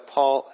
Paul